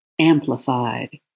amplified